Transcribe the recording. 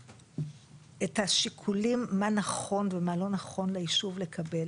את השיקולים מה נכון ומה לא נכון ליישוב לקבל